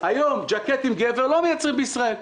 היום ג'קטים לגבר לא מייצרים בישראל.